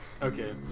Okay